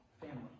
family